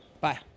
Bye